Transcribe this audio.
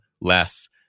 less